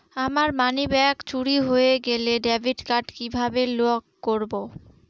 আমার মানিব্যাগ চুরি হয়ে গেলে ডেবিট কার্ড কিভাবে লক করব?